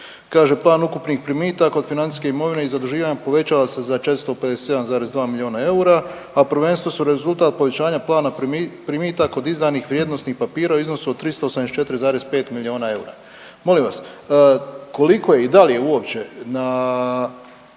Kaže plan ukupnih primitaka od financijske imovine i zaduživanja povećava se 457,2 miliona eura, a prvenstveno su rezultat povećanja plana primitaka od izdanih vrijednosnih papira u iznosu od 384,5 miliona eura. Molim vas, koliko je i da li je uopće na